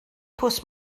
pws